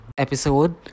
episode